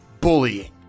Bullying